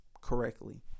correctly